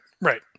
right